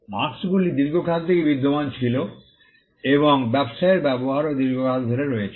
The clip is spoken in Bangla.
মার্ক্স্ গুলি দীর্ঘকাল থেকেই বিদ্যমান ছিল এবং ব্যবসায়ের ব্যবহারও দীর্ঘকাল ধরে রয়েছে